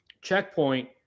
checkpoint